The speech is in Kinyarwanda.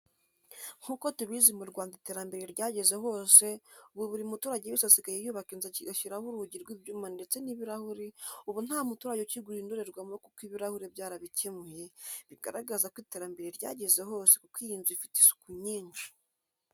Nk'uko tubizi mu Rwanda iterambere ryageze hose ubu buri muturage wese asigaye yubaka inzu agashyiraho urugi rw'ibyuma ndetse n'ibirahure, ubu nta muturage ukigura indorerwamo kuko ibirahure byarabikemuye, bigaragaraza ko iterambere ryageze hose kuko iyi nzu ifite isuku nyinshi.